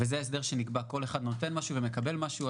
בהסדר שנקבע כל אחד נותן משהו ומקבל משהו.